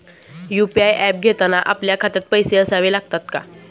UPI app घेताना आपल्या खात्यात पैसे असावे लागतात का?